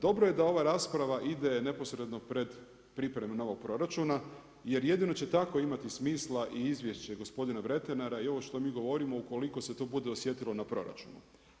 Dobro je da ova rasprava ide neposredno pred pripreme novog proračuna, jer jedino će tako imati smisla i izvješće gospodina Vretenara i ovo što mi govorimo ukoliko se to bude osjetilo na proračunu.